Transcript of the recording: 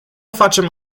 facem